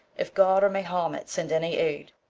if god or mahomet send any aid.